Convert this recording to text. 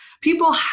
people